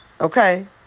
Okay